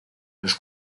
los